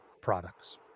products